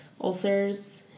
Ulcers